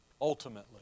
ultimately